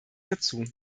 dazu